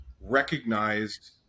recognized